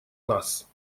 нас